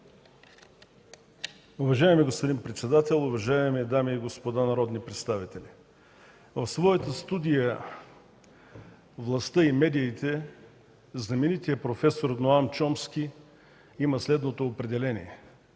Уважаеми господин председател, уважаеми дами и господа народни представители! В своята студия „Властта и медиите” знаменитият проф. Ноам Чомски има следното определение: